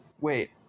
Wait